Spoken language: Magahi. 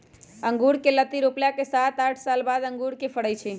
अँगुर कें लत्ति रोपला के सात आठ साल बाद अंगुर के फरइ छइ